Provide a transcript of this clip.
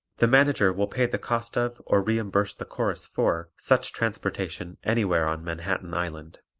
the manager will pay the cost of or reimburse the chorus for such transportation anywhere on manhattan island.